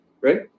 right